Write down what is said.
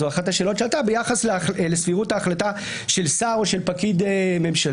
זאת אחת השאלות שעלתה ביחס לסבירות ההחלטה של שר או של פקיד ממשלתי